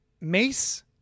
mace